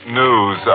news